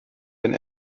wenn